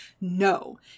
No